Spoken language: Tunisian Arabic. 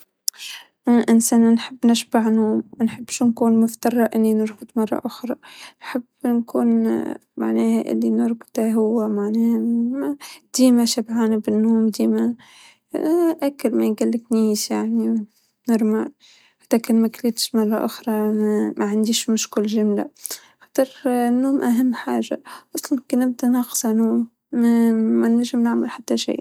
أعتقد إني راح إختار إني ما أكون مضطرة آكل، لإن الأكل مشانه أسمن بس، لكن النوم تري النوم أجمل شيء في الحياة تخليك تفصل عن كل شيء تترك العالم بالدفيه وتروح خلص، عالم احلام جديد بتشوف فية الأشياء اللي مل تجدر تسويها وإنت صاحي لكن القدرة علي الأكل ما أبغيها.